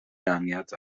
جمعیت